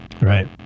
Right